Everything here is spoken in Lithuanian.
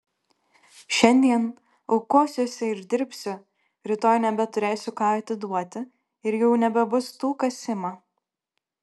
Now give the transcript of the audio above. šiandien aukosiuosi ir dirbsiu rytoj nebeturėsiu ką atiduoti ir jau nebebus tų kas ima